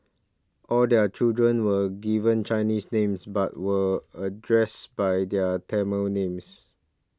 all their children were given Chinese names but were addressed by their Tamil names